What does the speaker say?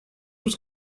was